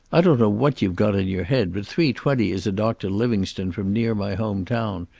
i don't know what you've got in your head, but three-twenty is a doctor livingstone from near my home town.